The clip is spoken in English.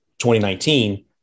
2019